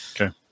Okay